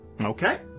Okay